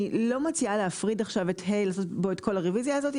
אני לא מציעה להפריד עכשיו את ה' ולעשות בו את כל הרביזיה הזאת,